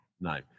No